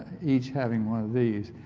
each having one of these.